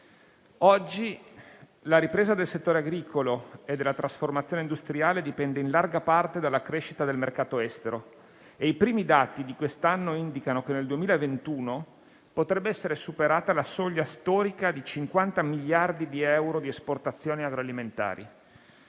Oggi la ripresa del settore agricolo e della trasformazione industriale dipende in larga parte dalla crescita del mercato estero, e i primi dati di quest'anno indicano che nel 2021 potrebbe essere superata la soglia storica di 50 miliardi di euro di esportazioni agroalimentari: